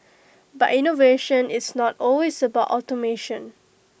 but innovation is not always about automation